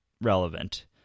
relevant